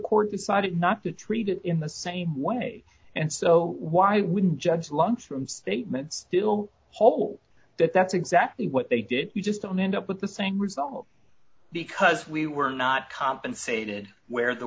court decided not to treat it in the same way and so why wouldn't judge lungs from statements still hold that that's exactly what they did you just don't end up with the same result because we were not compensated where the